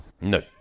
No